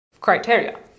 criteria